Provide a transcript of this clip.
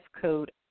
code